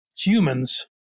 humans